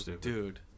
dude